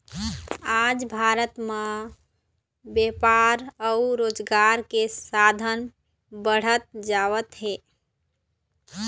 आज भारत म बेपार अउ रोजगार के साधन बाढ़त जावत हे